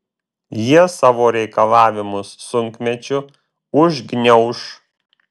jie savo reikalavimus sunkmečiu užgniauš